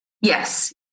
Yes